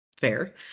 fair